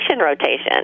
rotation